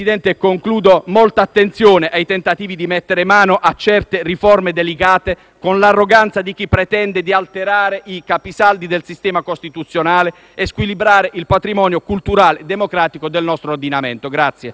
con l'arroganza di chi pretende di alterare i capisaldi del sistema costituzionale e squilibrare il patrimonio culturale e democratico del nostro ordinamento.